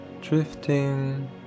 drifting